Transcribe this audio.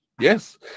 Yes